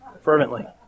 fervently